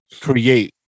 create